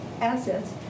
assets